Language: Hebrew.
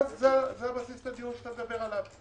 וזה הבסיס לדיון שאתה מדבר עליו.